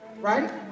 right